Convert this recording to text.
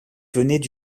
venaient